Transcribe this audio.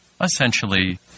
essentially